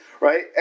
right